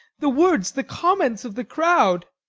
the words, the comments of the crowd.